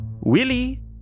Willie